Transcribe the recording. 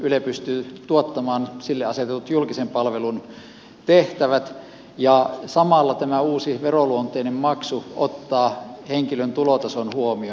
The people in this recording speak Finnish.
yle pystyy tuottamaan sille asetetut julkisen palvelun tehtävät ja samalla tämä uusi veroluonteinen maksu ottaa henkilön tulotason huomioon